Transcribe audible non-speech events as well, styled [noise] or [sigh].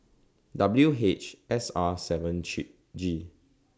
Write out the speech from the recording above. W H S R seven [unintelligible] G